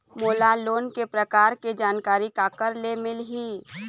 मोला लोन के प्रकार के जानकारी काकर ले मिल ही?